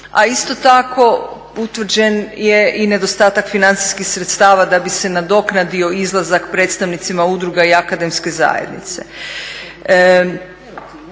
A isto tako utvrđen je i nedostatak financijskih sredstava da bi se nadoknadio izlazak predstavnicima udruga i akademske zajednice.